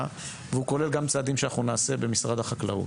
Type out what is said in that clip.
והוא כולל גם צעדים שאנחנו נעשה במשרד החקלאות.